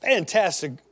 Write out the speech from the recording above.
Fantastic